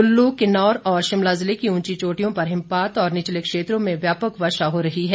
कुल्लू किन्नौर और शिमला जिले की उंची चोटियों पर हिमपात और निचले क्षेत्रों में व्यापक वर्षा हो रही है